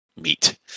meet